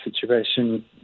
situation